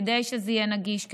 כדי שזה יהיה נגיש,